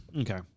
Okay